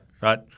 Right